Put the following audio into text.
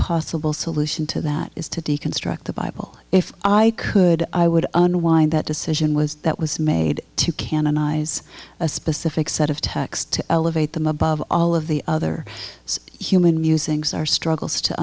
possible solution to that is to deconstruct the bible if i could i would unwind that decision was that was made to canonize a specific set of texts to elevate them above all of the other human musings our struggles to